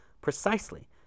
Precisely